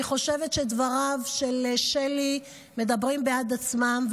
אני חושבת שדבריו של שלי מדברים בעד עצמם,